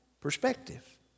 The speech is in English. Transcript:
Perspective